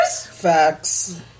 Facts